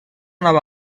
nova